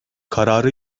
kararı